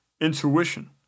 intuition